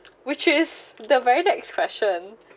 which is the very next question